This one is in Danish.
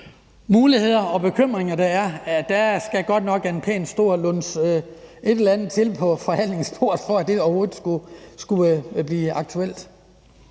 muligheder og de bekymringer, der er – skal der godt nok en pænt stor luns et eller andet på forhandlingsbordet, for at det overhovedet skulle blive aktuelt.